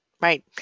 Right